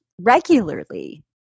regularly